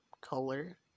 color